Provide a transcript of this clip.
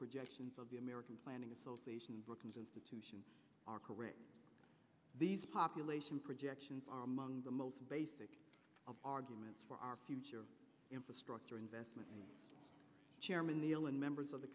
projections of the american planning association brookings institution are correct these population projections are among the most basic of arguments for our future infrastructure investment chairman the alan members of the